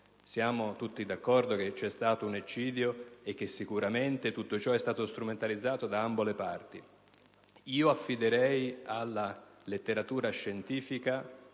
Siamo tutti d'accordo che c'è stato un eccidio e che sicuramente tale vicenda è stata strumentalizzata da ambo le parti; affiderei però alla letteratura scientifica,